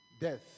death